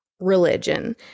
religion